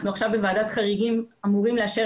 אנחנו עכשיו בוועדת חריגים אמורים לאשר